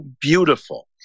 beautiful